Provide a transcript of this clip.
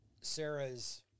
sarah's